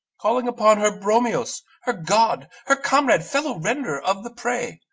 calling upon her bromios, her god, her comrade, fellow-render of the prey,